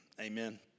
Amen